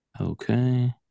Okay